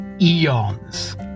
eons